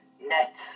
net